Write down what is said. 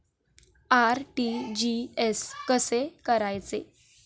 RTGS कसे करायचे?